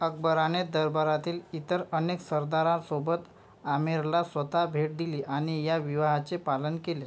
अकबराने दरबारातील इतर अनेक सरदारांसोबत आमेरला स्वतः भेट दिली आणि या विवाहाचे पालन केले